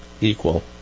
equal